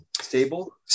stable